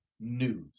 news